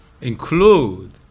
include